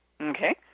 Okay